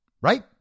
Right